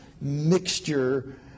mixture